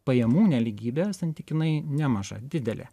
pajamų nelygybė santykinai nemaža didelė